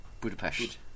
Budapest